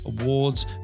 awards